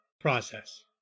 process